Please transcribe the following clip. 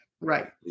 Right